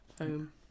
home